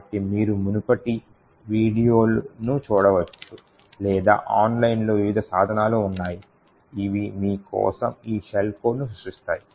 కాబట్టి మీరు మునుపటి వీడియోను చూడవచ్చు లేదా ఆన్లైన్లో వివిధ సాధనాలు ఉన్నాయి ఇవి మీ కోసం ఈ షెల్ కోడ్ను సృష్టిస్తాయి